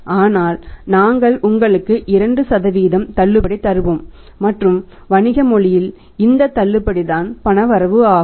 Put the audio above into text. ஆனால் நாங்கள் உங்களுக்கு 2 தள்ளுபடி தருவோம் மற்றும் வணிக மொழியில் இந்த தள்ளுபடி தான் பணவரவு ஆகும்